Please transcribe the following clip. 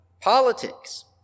politics